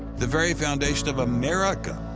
the very foundation of america.